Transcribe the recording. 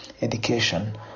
education